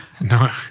No